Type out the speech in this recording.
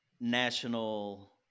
national